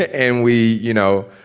ah and we you know,